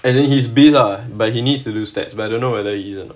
as in he's been ah but he needs to do statistics but I don't know whether he isn't